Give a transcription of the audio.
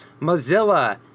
Mozilla